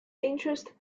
interest